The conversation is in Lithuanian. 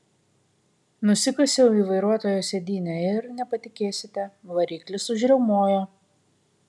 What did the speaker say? nusikasiau į vairuotojo sėdynę ir nepatikėsite variklis užriaumojo